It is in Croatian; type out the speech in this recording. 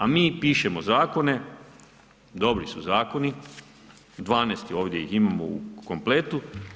A mi pišemo zakone, dobri su zakoni, 12 ih ovdje imamo u kompletu.